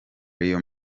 real